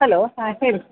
hello ಹಾಂ ಹೇಳಿ